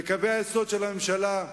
בקווי היסוד של הממשלה,